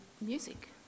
music